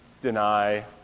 deny